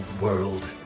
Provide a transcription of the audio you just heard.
world